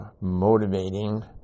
motivating